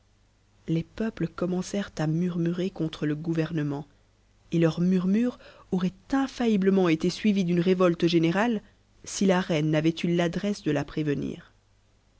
les peuples commencèrent à murmurer contre le gouvernement et leurs murmures auraient infailliblement été suivis d'une révolte générale si la reine n'avait eu l'adresse de la prévenir